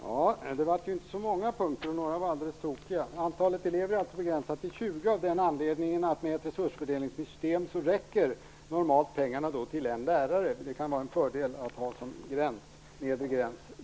Herr talman! Det blev inte så många punkter, och några var alldeles tokiga. Antalet elever är alltid begränsat till 20 av den anledningen att pengarna med ett resursfördelningssystem då normalt räcker till en lärare. Det kan vara en fördel att ha det som nedre gräns.